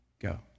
go